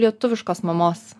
lietuviškos mamos